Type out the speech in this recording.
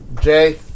Jay